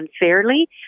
unfairly